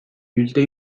yüzde